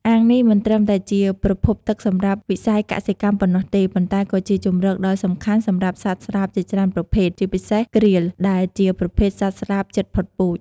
អាងនេះមិនត្រឹមតែជាប្រភពទឹកសម្រាប់វិស័យកសិកម្មប៉ុណ្ណោះទេ ប៉ុន្តែក៏ជាជម្រកដ៏សំខាន់សម្រាប់សត្វស្លាបជាច្រើនប្រភេទ ជាពិសេស ក្រៀល ដែលជាប្រភេទសត្វស្លាបជិតផុតពូជ។